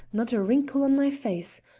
not a wrinkle on my face.